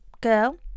girl